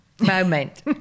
moment